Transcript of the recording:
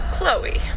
Chloe